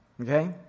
Okay